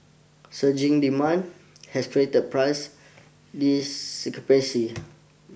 surging demand has created price discrepancy